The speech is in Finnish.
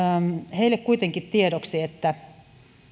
heille kuitenkin tiedoksi että